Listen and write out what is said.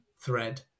thread